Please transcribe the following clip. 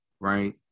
right